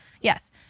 Yes